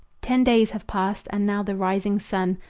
ten days have passed, and now the rising sun.